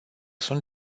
sunt